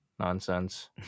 nonsense